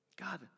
God